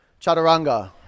chaturanga